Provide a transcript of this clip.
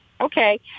okay